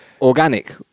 organic